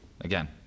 again